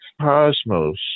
cosmos